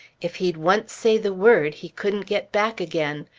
if he'd once say the word he couldn't get back again.